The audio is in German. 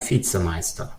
vizemeister